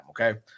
Okay